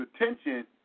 attention